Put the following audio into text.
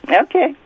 Okay